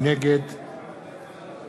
נגד